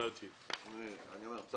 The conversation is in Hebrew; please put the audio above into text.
מה